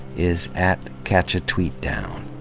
is at catchatweetdown.